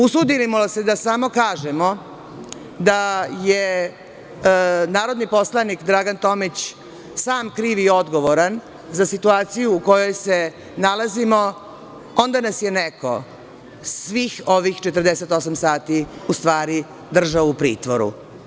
Usudimo li se da kažemo da je narodni poslanik Dragan Tomić sam kriv i odgovoran za situaciju u kojoj se nalazimo, onda nas je neko, svih ovih 48 sati, u stvari držao u pritvoru.